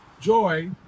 Joy